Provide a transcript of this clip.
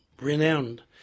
renowned